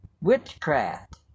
Witchcraft